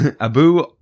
abu